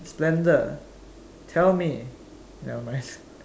splendour tell me never mind